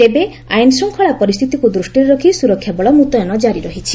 ତେବେ ଆଇନ ଶୃଙ୍ଗଳା ପରିସ୍ଥିତି ଦୃଷ୍ଟିରେ ରଖି ସୁରକ୍ଷା ବଳୟ ମୁତୟନ ଜାରି ରହିଛି